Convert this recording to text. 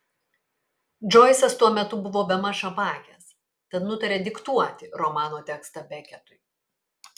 džoisas tuo metu buvo bemaž apakęs tad nutarė diktuoti romano tekstą beketui